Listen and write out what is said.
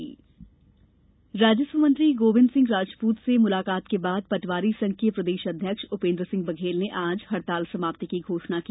पटवारी हड़ताल राजस्व मंत्री गोविन्द सिंह राजपूत से मुलाकात के बाद पटवारी संघ के प्रदेश अध्यक्ष उपेन्द्र सिंह बघेल ने आज हड़ताल समाप्ति की घोषणा की